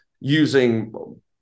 using